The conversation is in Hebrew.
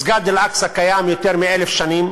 מסגד אל-אקצא קיים יותר מ-1,000 שנים,